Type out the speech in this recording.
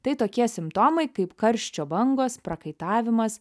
tai tokie simptomai kaip karščio bangos prakaitavimas